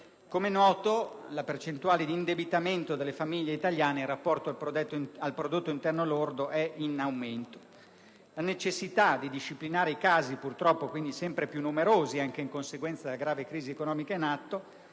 Come è noto, la percentuale d'indebitamento delle famiglie italiane in rapporto al prodotto interno lordo è in aumento. La necessità di disciplinare i casi, purtroppo sempre più numerosi anche in conseguenza della grave crisi economica in atto,